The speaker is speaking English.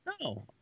no